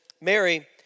Mary